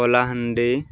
Kalahandi